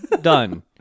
Done